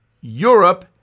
Europe